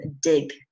dig